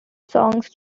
songs